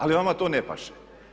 Ali vama to ne paše.